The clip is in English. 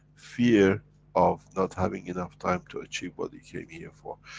fear of not having enough time to achieve what you came here for.